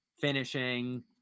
finishing